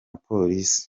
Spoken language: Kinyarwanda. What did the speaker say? polisi